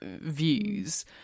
views